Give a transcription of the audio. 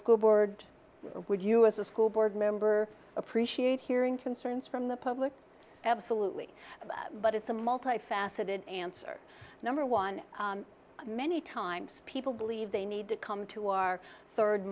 school board or would you as a school board member appreciate hearing concerns from the public absolutely but it's a multifaceted answer number one many times people believe they need to come to our third